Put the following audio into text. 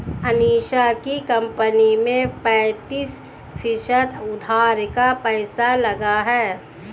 अनीशा की कंपनी में पैंतीस फीसद उधार का पैसा लगा है